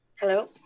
Hello